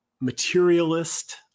materialist